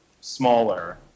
smaller